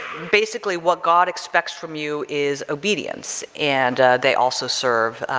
basically what god expects from you is obedience and they also serve,